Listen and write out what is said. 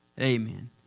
amen